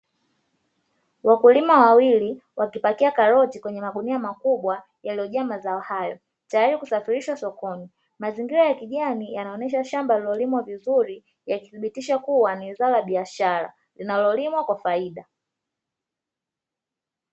Wakulima wawili wakipakia karoti kwenye magunia makubwa yaliyojaa mazao hayo tayari kusafirishwa sokoni, mazingira ya kijani yanaonyesha shamba lililolimwa vizuri yakithibitisha kuwa ni zao la biashara linalolimwa kwa faida.